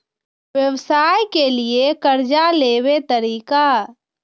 व्यवसाय के लियै कर्जा लेबे तरीका?